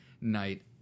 night